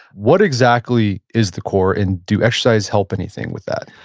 what exactly is the core and do exercise help anything with that?